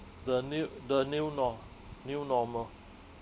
the new the new nor~ new normal